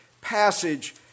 passage